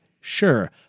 Sure